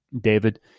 David